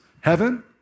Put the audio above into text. Heaven